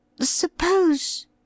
suppose